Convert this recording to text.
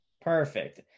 Perfect